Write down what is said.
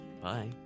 Bye